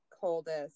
coldest